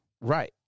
right